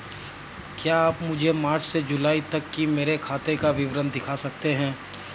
क्या आप मुझे मार्च से जूलाई तक की मेरे खाता का विवरण दिखा सकते हैं?